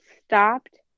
stopped